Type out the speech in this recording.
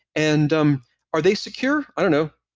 and um are they secure? i don't know.